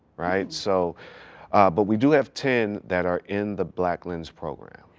right? so but we do have ten that are in the black lens program.